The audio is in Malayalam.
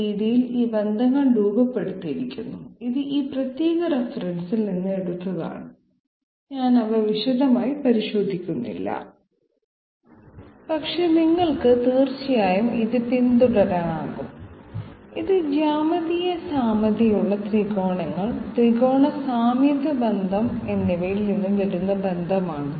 ഈ രീതിയിൽ ഈ ബന്ധങ്ങൾ രൂപപ്പെടുത്തിയിരിക്കുന്നു ഇത് ഈ പ്രത്യേക റഫറൻസിൽ നിന്ന് എടുത്തതാണ് ഞാൻ അവ വിശദമായി പരിശോധിക്കുന്നില്ല പക്ഷേ നിങ്ങൾക്ക് തീർച്ചയായും ഇത് പിന്തുടരാനാകും ഇത് ജ്യാമിതീയ സാമ്യതയുള്ള ത്രികോണങ്ങൾ ത്രികോണ സാമ്യത ബന്ധം എന്നിവയിൽ നിന്ന് വരുന്ന ബന്ധമാണ്